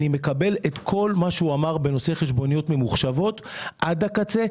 אני מקבל את כל מה שהוא אמר בנושא חשבוניות ממוחשבות עד הקצה.